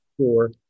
sure